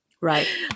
Right